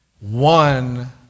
One